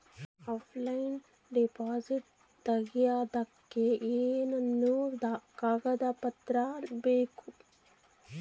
Offline deposit ತೆಗಿಯೋದಕ್ಕೆ ಏನೇನು ಕಾಗದ ಪತ್ರ ಬೇಕು?